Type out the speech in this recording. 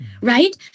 right